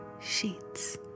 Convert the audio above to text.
sheets